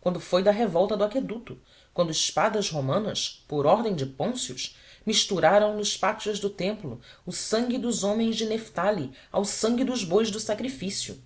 quando foi da revolta do aqueduto quando espadas romanas por ordem de pôncio misturaram nos pátios do templo o sangue dos homens de neftali ao sangue dos bois do sacrifício